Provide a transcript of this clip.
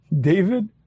David